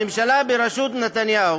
הממשלה בראשות נתניהו